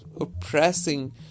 oppressing